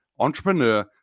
entrepreneur